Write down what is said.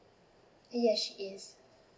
yes she is